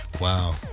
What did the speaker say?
wow